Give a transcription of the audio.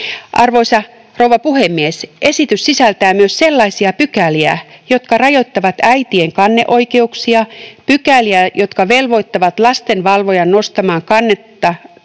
Arvoisa rouva puhemies! Esitys sisältää myös sellaisia pykäliä, jotka rajoittavat äitien kanneoikeuksia, pykäliä, jotka velvoittavat lastenvalvojan nostamaan kannetta